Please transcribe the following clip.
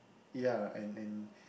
ya and and